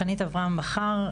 חנית אברהם בכר,